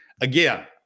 Again